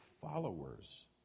followers